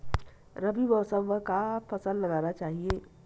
रबी मौसम म का फसल लगाना चहिए?